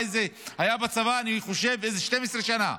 אני חושב שהיה בצבא איזה 12 שנה,